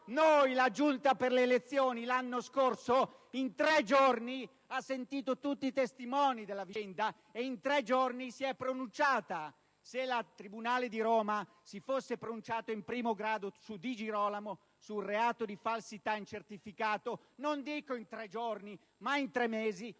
parlamentari, lo scorso anno, in tre giorni ha sentito tutti i testimoni della vicenda e in tre giorni si è pronunciata. Se il tribunale di Roma si fosse pronunciato in primo grado su Di Girolamo sul reato di falsità in certificato non dico in tre giorni, ma in tre mesi,